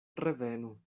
revenu